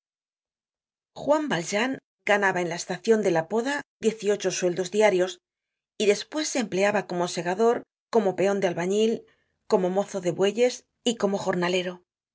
juan valjean ganaba en la estacion de la poda diez y ocho sueldos diarios y despues se empleaba como segador como peon de albañil como mozo de bueyes y como jornalero